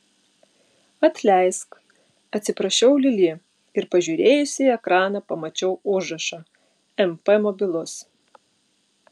atleisk atsiprašiau lili ir pažiūrėjusi į ekraną pamačiau užrašą mp mobilus